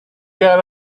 got